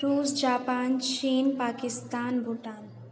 रूस जापान चीन पाकिस्तान भूटान